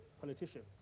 politicians